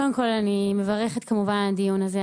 קודם כל, אני מברכת כמובן על הדיון זה.